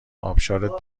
آبشارت